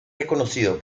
reconocido